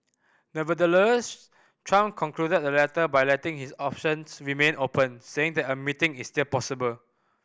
Nevertheless Trump concluded the letter by letting his options remain open saying that a meeting is still possible